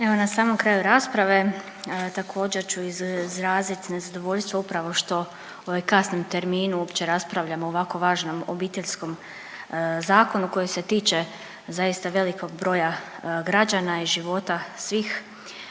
Evo na samom kraju rasprave također ću izrazit nezadovoljstvo upravo što u ovom kasnom terminu uopće raspravljamo o ovako važnom Obiteljskom zakonu koji se tiče zaista velikog broja građana i života svih.